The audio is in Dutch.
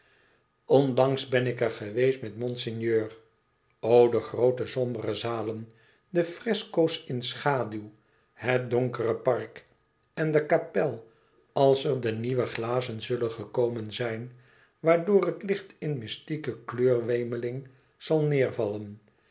onlangs ben ik er geweest met monseigneur o de groote sombere zalen de fresco's in schaduw het donkere park en de kapel als er de nieuwe glazen zullen gekomen zijn waardoor het licht in mystieke kleurenwemeling zal neêrvallen